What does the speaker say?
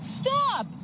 stop